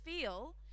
feel